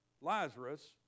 Lazarus